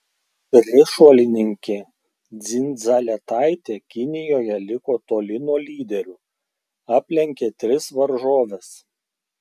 trišuolininkė dzindzaletaitė kinijoje liko toli nuo lyderių aplenkė tris varžoves